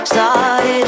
Started